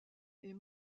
est